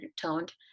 toned